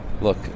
Look